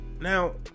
Now